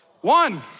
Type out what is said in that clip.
One